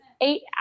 eight